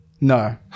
No